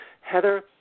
Heather